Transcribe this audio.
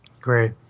great